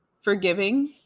forgiving